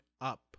up